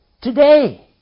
today